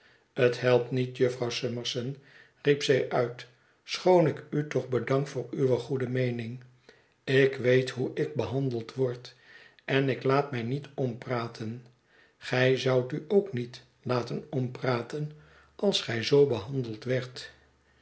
het helpt niet jufvrouw summerson riep zij uit schoon ik u toch bedank voor uwe goede meening ik weet hoe ik behandeld word en ik laat mij niet ompraten gij zoudt u ook niet laten ompraten als gij zoo behandeld wordt